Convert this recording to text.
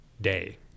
day